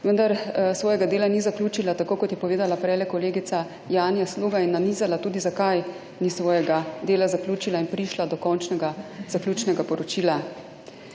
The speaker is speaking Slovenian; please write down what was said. vendar svojega dela ni zaključila tako kot je povedala preje kolegica Janja Sluga in nanizala tudi zakaj ni svojega dela zaključila in prišla do končnega zaključnega poročila.